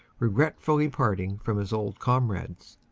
regretfully parting from his old comrades,